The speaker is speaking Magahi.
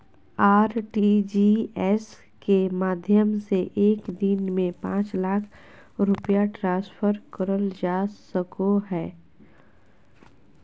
आर.टी.जी.एस के माध्यम से एक दिन में पांच लाख रुपया ट्रांसफर करल जा सको हय